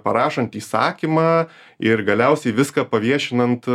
parašant įsakymą ir galiausiai viską paviešinant